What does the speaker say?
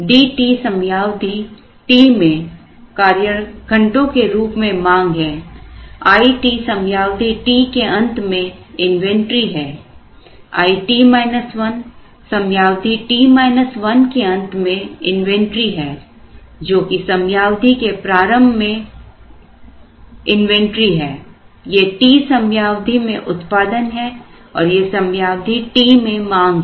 Dt समयावधि t में कार्यघंटों के रूप में मांग है It समयावधिt के अंत में इन्वेंटरी है It 1 समयावधि t 1 के अंत में इन्वेंटरी है जो कि समयावधि के प्रारंभ में इन्वेंटरी है ये t समयावधि में उत्पादन है और ये समयावधि t में मांग है